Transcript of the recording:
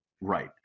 Right